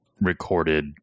recorded